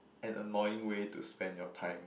an annoying way to spend your time